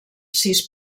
sis